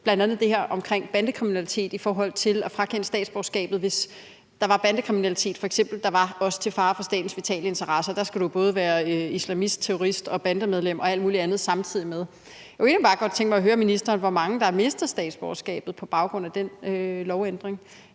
kan godt huske, da man bl.a. vedtog det her med at frakende statsborgerskabet, hvis der f.eks. var bandekriminalitet, der også var til fare for statens vitale interesser, og der skal du jo både være islamist, terrorist, bandemedlem og alt muligt andet samtidig. Så jeg kunne egentlig bare godt tænke mig at høre ministeren om, hvor mange der har mistet statsborgerskabet på baggrund af den lovændring.